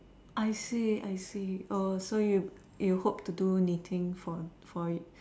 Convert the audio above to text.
I see I see oh so you you hope to do knitting for for